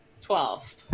Twelve